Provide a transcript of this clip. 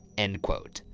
end quote.